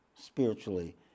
spiritually